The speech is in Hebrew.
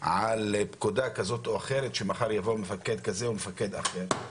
על פקודה כזו או אחרת שמחר יבוא מפקד כזה או מפקד אחר וישנה אותה.